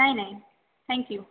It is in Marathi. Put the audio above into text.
नाही नाही थँक्यू